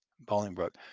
Bolingbroke